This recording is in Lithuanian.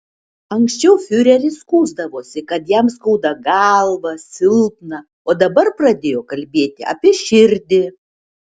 anksčiau fiureris skųsdavosi kad jam skauda galvą silpna o dabar pradėjo kalbėti apie širdį